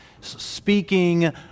speaking